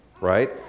right